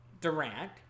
Durant